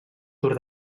tour